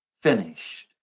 finished